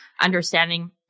understanding